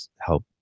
help